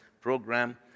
program